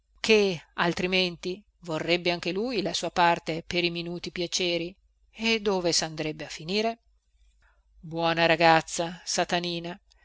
ché altrimenti vorrebbe anche lui la sua parte per i minuti piaceri e dove sandrebbe a finire buona ragazza satanina